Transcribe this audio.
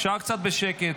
אפשר קצת שקט?